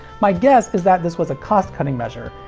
my guess is that this was a cost-cutting measure,